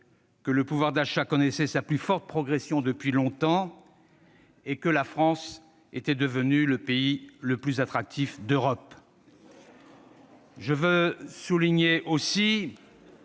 ans, le pouvoir d'achat connaissait sa plus forte progression depuis longtemps et la France était devenue le pays le plus attractif d'Europe. « Je veux également